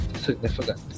significant